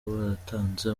baratanze